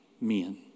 men